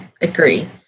agree